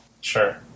Sure